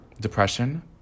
depression